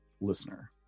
listener